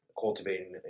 Cultivating